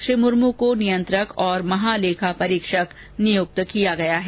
श्री मुर्मू को नियन्त्रक और महालेखा परीक्षक नियुक्त किया गया है